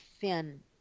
thin